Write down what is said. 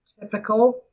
Typical